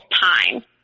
time